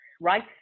right